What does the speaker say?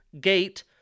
gate